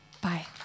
Bye